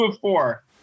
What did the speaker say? four